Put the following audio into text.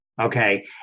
Okay